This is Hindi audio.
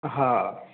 हाँ